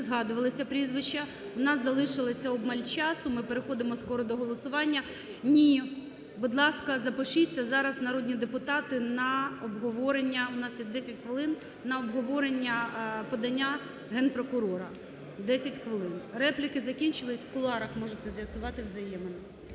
згадувалися прізвища у нас залишилося обмаль часу, ми переходимо скоро до голосування. Ні! Будь ласка, запишіться зараз, народні депутати, на обговорення, в нас є 10 хвилин, на обговорення подання Генпрокурора. 10 хвилин. Репліки закінчились, в кулуарах можете з'ясувати взаємини.